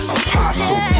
apostle